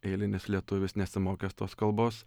eilinis lietuvis nesimokęs tos kalbos